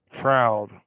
proud